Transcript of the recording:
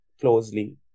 closely